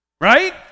right